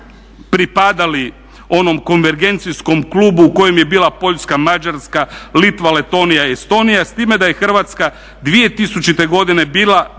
pripadali onom konvergencijskom klubu u kojem je bila Poljska, Mađarska, Litva, Letonija, Estonija s time da je Hrvatska 2000. godine bila